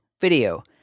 video